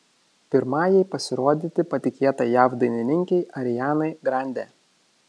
pirmajai pasirodyti patikėta jav dainininkei arianai grande